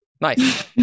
Nice